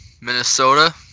Minnesota